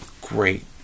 Great